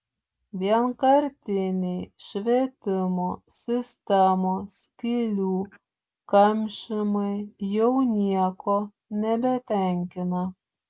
vienkartiniai švietimo sistemos skylių kamšymai jau nieko nebetenkina